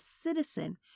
citizen